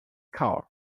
car